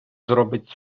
зробить